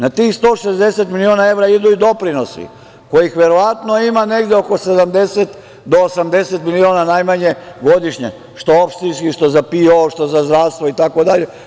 Na tih 160 miliona evra idu i doprinosi, kojih verovatno ima negde oko 70 do 80 miliona najmanje godišnje, što opštinski, što za PIO, što za zdravstvo, itd.